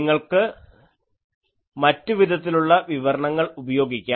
നിങ്ങൾക്ക് മറ്റുവിധത്തിലുള്ള വിവരണങ്ങൾ ഉപയോഗിക്കാം